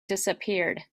disappeared